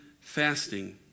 fasting